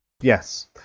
yes